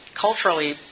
culturally